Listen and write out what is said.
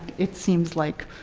it seems like